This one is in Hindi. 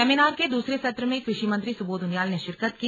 सेमिनार के दूसरे सत्र में कृषि मंत्री सुबोध उनियाल ने शिरकत की